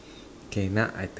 okay now I tell